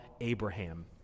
Abraham